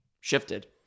shifted